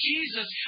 Jesus